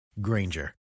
Granger